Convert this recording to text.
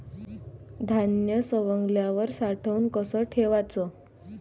धान्य सवंगल्यावर साठवून कस ठेवाच?